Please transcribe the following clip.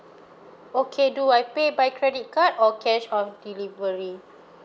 okay do I pay by credit card or cash on delivery